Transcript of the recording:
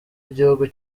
igihugu